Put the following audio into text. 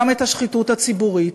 גם את השחיתות הציבורית.